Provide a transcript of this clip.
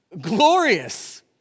glorious